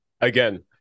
again